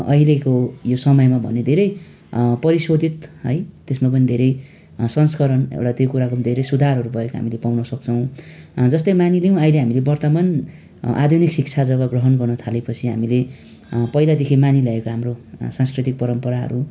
अहिलेको यो समयमा भने धेरै परिशोधित है त्यसमा पनि धेरै संस्करण एउटा त्यो कुराहरको पनि धेरै सुधारहरू भएको हामीले पाउन सक्छौँ जस्तै मानिलिउँ अहिले हामीले वर्तमन आधुनिक शिक्षा जब ग्रहण गर्न थालेपछि हामीले पहिलादेखि मानिल्याएको हाम्रो सांस्कृतिक परम्पराहरू